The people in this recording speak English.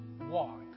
walk